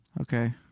Okay